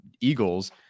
eagles